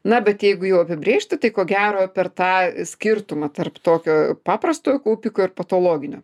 na bet jeigu jau apibrėžti tai ko gero per tą skirtumą tarp tokio paprastojo kaupiko ir patologinio